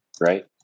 right